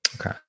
Okay